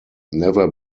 never